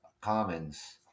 Commons